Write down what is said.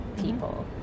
people